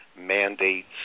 mandates